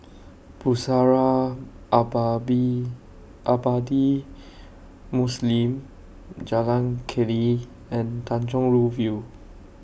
Pusara Aba beAbadi Muslim Jalan Keli and Tanjong Rhu View